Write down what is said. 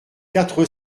quatre